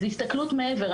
זה הסתכלות מעבר,